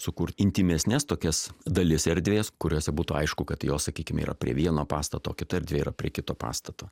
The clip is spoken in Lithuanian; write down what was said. sukurt intymesnes tokias dalis erdvės kuriose būtų aišku kad jos sakykime yra prie vieno pastato kita erdvė prie kito pastato